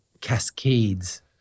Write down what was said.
cascades